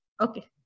Okay